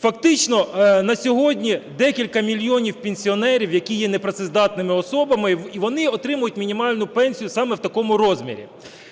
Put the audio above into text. Фактично на сьогодні декілька мільйонів пенсіонерів, які є непрацездатними особами, і вони отримують мінімальну пенсію саме в такому розмірі.